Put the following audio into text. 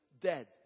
dead